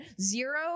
zero